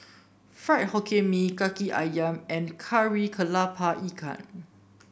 Fried Hokkien Mee kaki ayam and Kari kepala Ikan